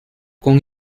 con